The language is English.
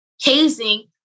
hazing